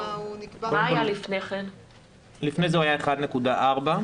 לפני זה הוא היה 1.4%,